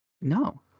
No